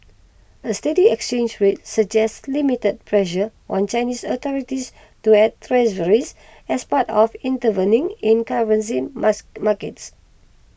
a steady exchange rate suggests limited pressure on Chinese authorities to add treasuries as part of intervening in currency mass markets